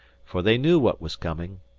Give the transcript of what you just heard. for they knew what was coming.